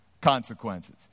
consequences